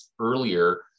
earlier